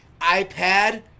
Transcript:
iPad